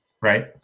right